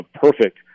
perfect